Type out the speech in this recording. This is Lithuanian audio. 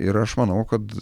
ir aš manau kad